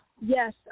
yes